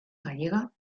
gallega